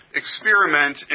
experiment